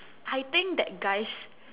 I think that guys